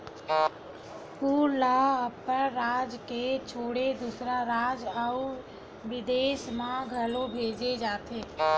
फूल ल अपन राज के छोड़े दूसर राज अउ बिदेस म घलो भेजे जाथे